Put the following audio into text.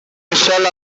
michelle